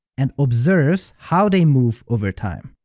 and observes how they move over time.